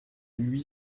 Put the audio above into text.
huit